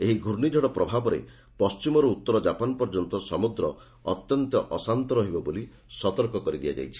ଏହି ଘର୍ଷ୍ଣିଝଡ଼ ପ୍ରଭାବରେ ପଶ୍ଚିମରୁ ଉତ୍ତର ଜାପାନ ପର୍ଯ୍ୟନ୍ତ ସମୁଦ୍ର ଅତ୍ୟନ୍ତ ଅଶାନ୍ତ ରହିବ ବୋଲି ସତର୍କ କରାଇ ଦିଆଯାଇଛି